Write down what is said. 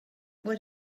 what